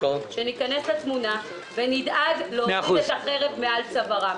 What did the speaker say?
שניכנס לתמונה ונדאג להוריד את החרב מעל צווארם.